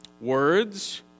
words